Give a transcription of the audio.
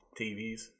TVs